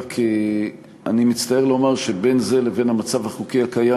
אני רק מצטער לומר שבין זה לבין המצב החוקי הקיים,